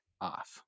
off